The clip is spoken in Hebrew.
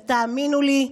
ותאמינו לי,